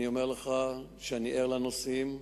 אני אומר לך שאני ער לנושאים,